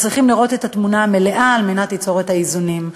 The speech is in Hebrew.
צריך לראות את התמונה המלאה כדי למצוא את האיזונים.